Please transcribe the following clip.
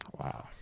Wow